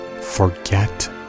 Forget